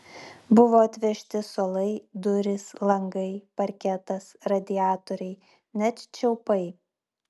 buvo atvežti suolai durys langai parketas radiatoriai net čiaupai